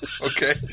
Okay